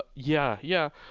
yeah. yeah.